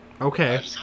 Okay